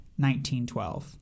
1912